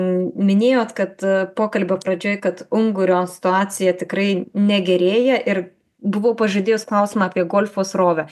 minėjot kad pokalbio pradžioj kad ungurio situacija tikrai negerėja ir buvau pažadėjus klausimą apie golfo srovę